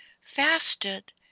fasted